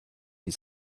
his